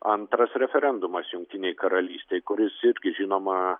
antras referendumas jungtinei karalystei kuris irgi žinoma